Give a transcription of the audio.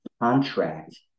contract